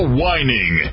whining